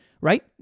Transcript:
Right